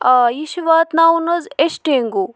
آ یہِ چھِ واتناوُن حظ ایشٹینگوٗ